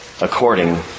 according